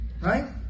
right